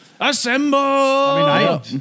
Assemble